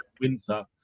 winter